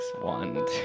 one